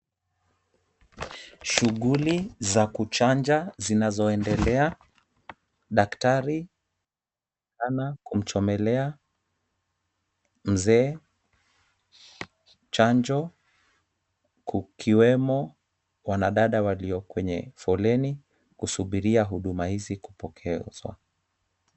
Shughuli za kuchanja zinazoendelea, daktari ana kumchomelea mzee chanjo, kukiwemo wanadada walio kwenye foleni, kusubiria huduma hizi kupokezwa.